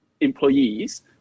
employees